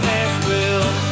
Nashville